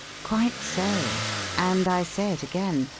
quite so and i say it again.